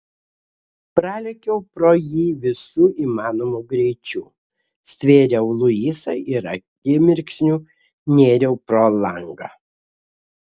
pralėkiau pro jį visu įmanomu greičiu stvėriau luisą ir akimirksniu nėriau pro langą